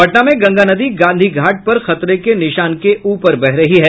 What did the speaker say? पटना में गंगा नदी गांधी घाट पर खतरे के निशान के ऊपर बह रही है